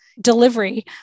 delivery